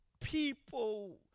people